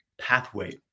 pathway